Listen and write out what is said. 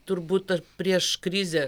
turbūt dar prieš krizę